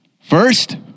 First